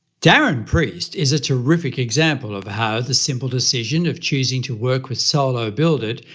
darren priest is a terrific example of how the simple decision of choosing to work with solo build it!